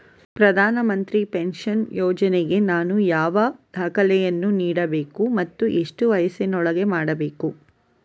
ಪ್ರಧಾನ ಮಂತ್ರಿ ಪೆನ್ಷನ್ ಯೋಜನೆಗೆ ನಾನು ಯಾವ ದಾಖಲೆಯನ್ನು ನೀಡಬೇಕು ಮತ್ತು ಎಷ್ಟು ವಯಸ್ಸಿನೊಳಗೆ ಮಾಡಬೇಕು?